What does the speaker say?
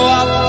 up